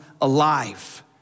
alive